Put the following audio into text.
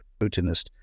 Putinist